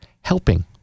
Helping